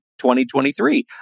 2023